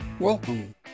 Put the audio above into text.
Welcome